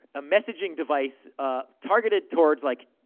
messaging device ah targeted towards, like,